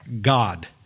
God